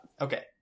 Okay